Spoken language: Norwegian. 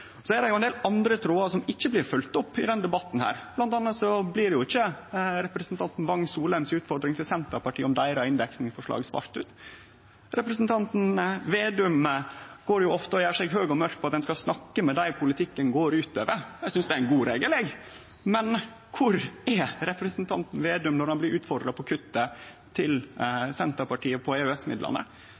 Ein del andre trådar blir ikkje følgde opp i denne debatten. Blant anna blir ikkje representanten Wang Soleim si utfordring til Senterpartiet om deira inndekning i forslaget svara ut. Representanten Slagsvold Vedum gjer seg ofte høg og mørk på at ein skal snakke med dei politikken går ut over. Eg synest det er ein god regel, men kvar er representanten Slagsvold Vedum når han blir utfordra på